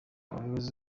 abayobozi